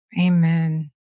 Amen